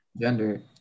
gender